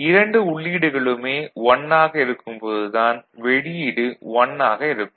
இரண்டு உள்ளீடுகளுமே 1 ஆக இருக்கும் போது தான் வெளியீடு 1 ஆக இருக்கும்